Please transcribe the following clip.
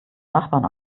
nachbarn